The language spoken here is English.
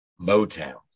Motown